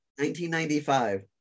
1995